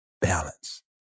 balance